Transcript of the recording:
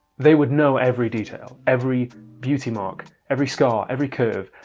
they would know every detail? every beauty mark, every scar, every curve,